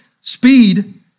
speed